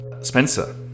Spencer